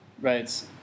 Right